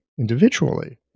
individually